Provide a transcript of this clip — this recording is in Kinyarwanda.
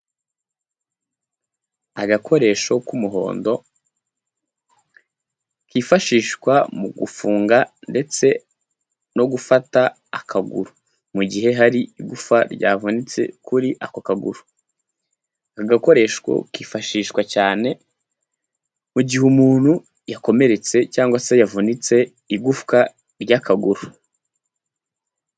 Agakoresho k'umuhondo kifashishwa mu gufunga ndetse no gufata akaguru mu gihe hari iguf ryavunitse kuri ako kaguru. Agakoreshwo kifashishwa cyane mu gihe umuntu yakomeretse cyangwa se yavunitse igufwa ry'akaguru.